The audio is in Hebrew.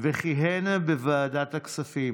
וכיהן בוועדת הכספים.